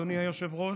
אדוני היושב-ראש,